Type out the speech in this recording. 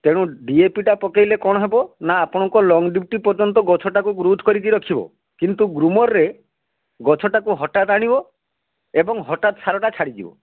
ତେଣୁ ଡିଏପିଟା ପକେଇଲେ କ'ଣ ହେବ ନା ଆପଣଙ୍କ ଲଙ୍ଗ ଡିପ୍ଟି ପର୍ଯ୍ଯନ୍ତ ଗଛଟାକୁ ଗ୍ରୋଥ କରିକି ରଖିବ କିନ୍ତୁ ଗୃମରରେ ଗଛଟାକୁ ହଟାତ ଆଣିବ ଏବଂ ହଟାତ ସାରଟା ଛାଡ଼ିଯିବ